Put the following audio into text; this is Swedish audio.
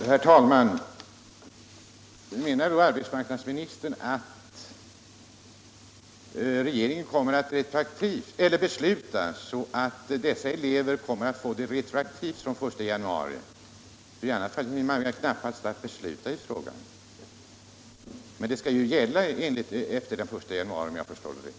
Herr talman! Menar då arbetsmarknadsministern att regeringen kommer att besluta så, att dessa elever kommer att få de höjda bidragen retroaktivt från den I januari? Man lär väl knappast hinna besluta i frågan före detta datum, men reglerna skall, om jag fattat det hela rätt, gälla efter den 1 januari.